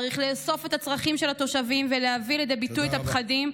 צריך לאסוף את הצרכים של התושבים ולהביא לידי ביטוי את הפחדים,